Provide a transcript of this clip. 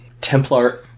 Templar